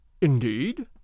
Indeed